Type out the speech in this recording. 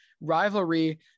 rivalry